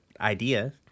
idea